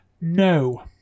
No